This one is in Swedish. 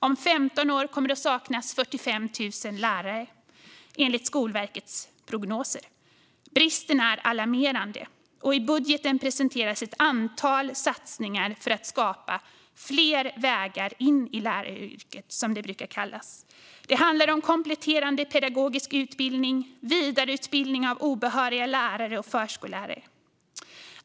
Om 15 år kommer det att saknas 45 000 lärare, enligt Skolverkets prognoser. Bristen är alarmerande. I budgeten presenteras ett antal satsningar för att skapa fler vägar in i läraryrket, som det brukar kallas. Det handlar om kompletterande pedagogisk utbildning och vidareutbildning av obehöriga lärare och förskollärare.